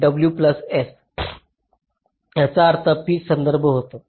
याचा अर्थ पीचचा संदर्भ आहे